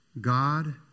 God